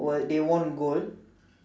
they won gold